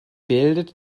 bildet